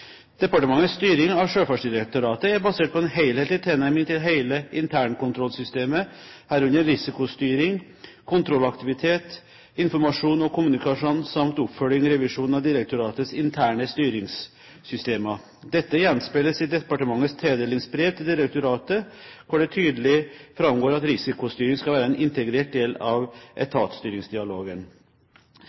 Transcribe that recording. Departementets styring av Sjøfartsdirektoratet er basert på en helhetlig tilnærming til hele internkontrollsystemet, herunder risikostyring, kontrollaktivitet, informasjon og kommunikasjon samt oppfølging/revisjon av direktoratets interne styringssystemer. Dette gjenspeiles i departementets tildelingsbrev til direktoratet hvor det tydelig framgår at risikostyring skal være en integrert del av